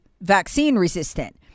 vaccine-resistant